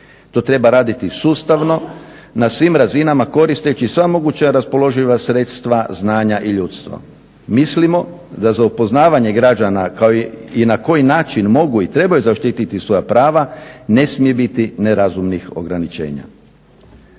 To treba raditi sustavno, na svim razinama koristeći sva moguća raspoloživa sredstva, znanja i ljudstvo. Mislimo da za upoznavanje građana kao i na koji način mogu i trebaju zaštiti svoja prava ne smije biti nerazumnih ograničenja.